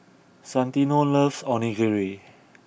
Santino loves Onigiri